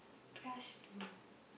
class to